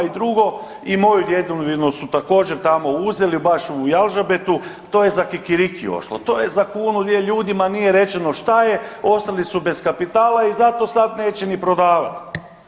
I drugo i moju djedovinu su također tamo uzeli baš u Jalžabetu, to je za kikiriki ošlo, to je za kunu, dvije, ljudima nije rečeno šta je, ostali su bez kapitala i zato sad neće ni prodavat.